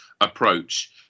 approach